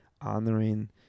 honoring